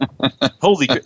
Holy